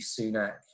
Sunak